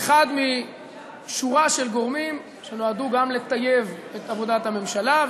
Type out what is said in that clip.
אחד משורה של גורמים שנועדו גם לטייב את עבודת הממשלה,